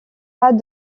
pas